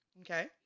okay